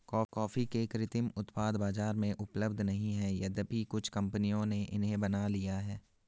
coffee के कृत्रिम उत्पाद बाजार में उपलब्ध नहीं है यद्यपि कुछ कंपनियों ने इन्हें बना लिया है